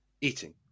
eating